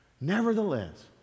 Nevertheless